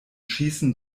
schießen